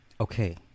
okay